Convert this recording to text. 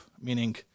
meaning